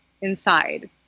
inside